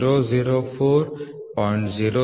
004 0